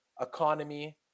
economy